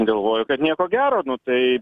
galvoju kad nieko gero nu tai